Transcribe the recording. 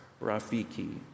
Rafiki